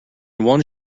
one